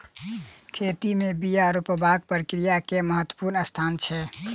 खेती में बिया रोपबाक प्रक्रिया के महत्वपूर्ण स्थान छै